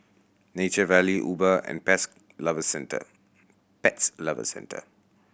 Nature Valley Uber and Pet Lovers Centre Pet Lovers Centre